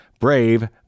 Brave